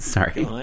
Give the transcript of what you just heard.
Sorry